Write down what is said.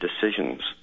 decisions